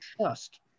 trust